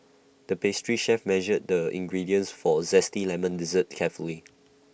the pastry chef measured the ingredients for A Zesty Lemon Dessert carefully